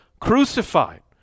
crucified